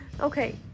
Okay